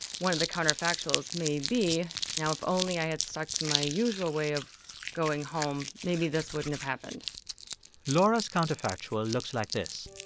one of the counterfactuals may be, now, if only i had stuck to my usual way of going home, maybe this wouldn't have happened laura's counterfactual looks like this.